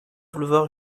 boulevard